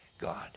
God